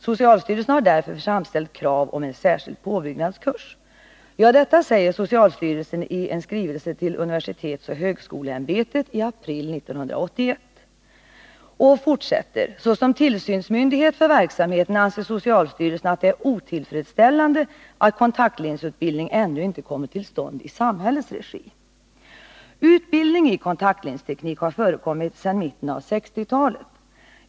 Socialstyrelsen har därför framställt krav om en särskild påbyggnadskurs.” Detta säger socialstyrelsen i en skrivelse till universitetsoch högskoleämbetet i april 1981. Socialstyrelsen tillägger: ”Såsom tillsynsmyndighet för verksamheten anser socialstyrelsen att det är otillfredsställande att en kontaktlinsutbildning ännu inte kommit till stånd i samhällets regi.” Utbildning i kontaktlinsteknik har förekommit sedan mitten av 1960-talet.